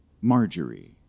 Marjorie